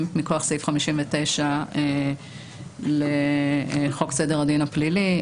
מכוח סעיף 59 לחוק סדר הדין הפלילי.